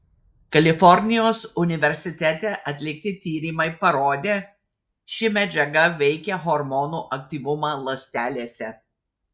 kalifornijos universitete atlikti tyrimai parodė ši medžiaga veikia hormonų aktyvumą ląstelėse